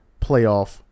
playoff